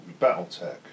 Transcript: Battletech